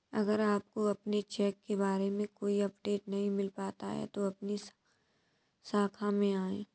अगर आपको अपने चेक के बारे में कोई अपडेट नहीं मिल पाता है तो अपनी शाखा में आएं